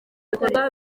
bikorwa